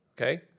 Okay